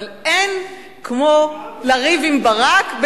אבל אין כמו לריב עם ברק,